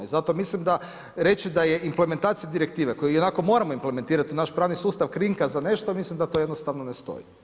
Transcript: I zato mislim da reći da je implementacija direktive koju ionako moramo implementirati u naš pravni sustav krinka za nešto, mislim da to jednostavno ne stoji.